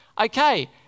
Okay